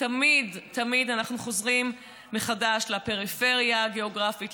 ותמיד תמיד אנחנו חוזרים מחדש לפריפריה הגיאוגרפית,